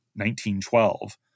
1912